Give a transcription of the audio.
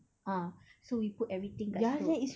ah so we put everything kat situ